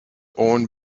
owned